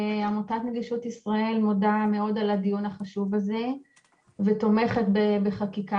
עמותת נגישות ישראל מודה מאוד על הדיון החשוב הזה ותומכת בחקיקה